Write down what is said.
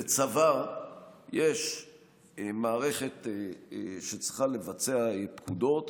בצבא יש מערכת שצריכה לבצע פקודות,